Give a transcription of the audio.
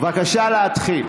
בבקשה להתחיל.